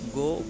go